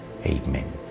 amen